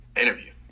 interview